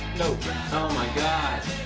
oh my god.